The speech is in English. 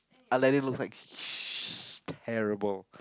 Aladdin looks like just terrible